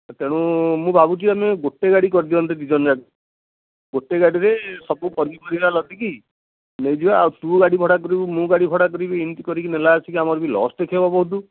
ତେଣୁ ମୁଁ ଭାବୁଛି ଆମେ ଗୋଟେ ଗାଡ଼ି କରିଦିଅନ୍ତେ ଦୁଇ ଜଣଯାକ ଗୋଟେ ଗାଡ଼ିରେ ସବୁ ପନିପରିବା ଲଦିକି ନେଇଯିବା ଆଉ ତୁ ଗାଡ଼ି ଭଡ଼ା କରିବୁ ମୁଁ ଗାଡ଼ି ଭଡ଼ା କରିବି ଏମିତି କରିକି ନେଲା ଆସିକି ଆମର ବି ଲସ୍ ଦେଖାଇବ ବହୁତ